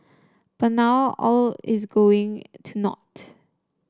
but now all is going to naught